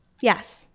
Yes